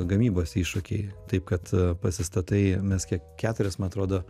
gamybos iššūkiai taip kad pasistatai mes kiek keturias man atrodo